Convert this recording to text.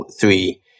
three